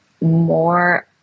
more